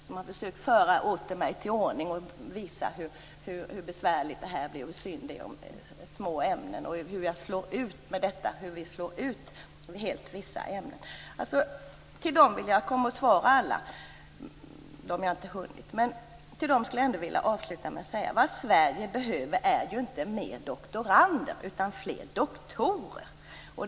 De har försökt föra mig åter till ordningen, att visa hur besvärligt det hela är och hur synd det är om "små" ämnen och att vissa ämnen kommer att slås ut helt. Jag kommer att besvara alla brev. Men vad Sverige behöver är inte fler doktorander utan fler doktorer.